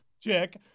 Check